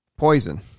poison